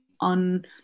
on